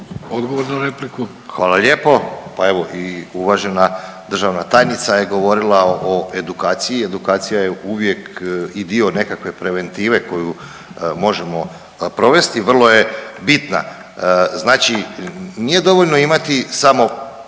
Goran (HDZ)** Hvala lijepo. Evo i uvažena državna tajnica je govorila o edukaciji, edukacija je uvijek i dio nekakve preventive koju možemo provesti, vrlo je bitna. Znači nije dovoljno imati samo